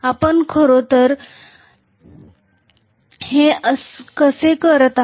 आपण खरोखर ते कसे करत आहोत